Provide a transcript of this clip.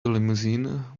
limousine